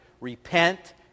Repent